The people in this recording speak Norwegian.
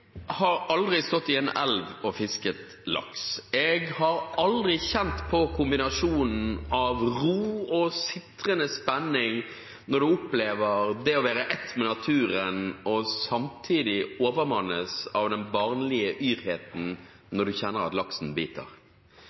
har aldri stått i en elv og fisket laks. Jeg har aldri kjent på kombinasjonen av ro og sitrende spenning når man opplever det å være ett med naturen og samtidig overmannes av den barnlige yrheten når man kjenner at laksen biter.